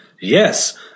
Yes